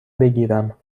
بگیرم